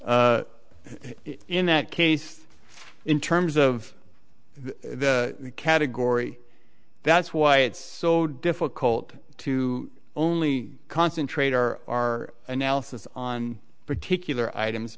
that in that case in terms of this category that's why it's so difficult to only concentrate our analysis on particular items